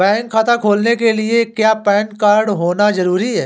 Bank खाता खोलने के लिए क्या पैन कार्ड का होना ज़रूरी है?